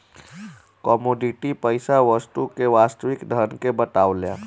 commodity पईसा वस्तु के वास्तविक धन के बतावेला